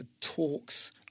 talks